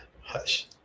hush